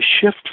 shift